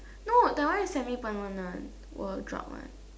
no that one is semi permanent will drop one